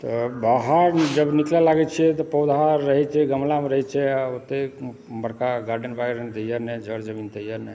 तऽ बाहर जब निकलय लागै छियै तऽ पौधा आर रहै छै गमलामे रहै छै ओतेक बड़का गार्डेन वॉर्डन तऽ यऽ नहि जड़ जमीन तऽ यऽ नहि